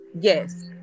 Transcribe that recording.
Yes